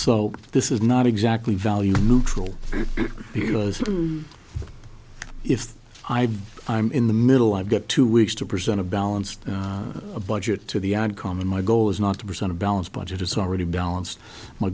so this is not exactly value neutral because if i do i'm in the middle i've got two weeks to present a balanced budget to the outcome in my goal is not to present a balanced budget it's already